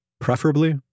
preferably